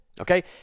okay